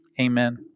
amen